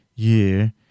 year